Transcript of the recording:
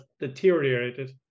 deteriorated